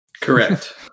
Correct